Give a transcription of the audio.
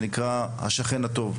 שנקרא ׳השכן הטוב׳.